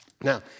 Now